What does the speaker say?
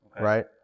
right